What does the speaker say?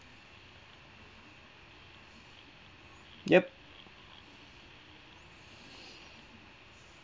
yup